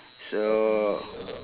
so